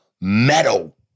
metal